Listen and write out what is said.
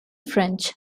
french